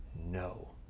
no